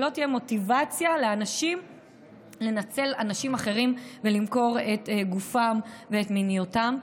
שלא תהיה מוטיבציה לאנשים לנצל אנשים אחרים ולמכור את גופם ואת מיניותם.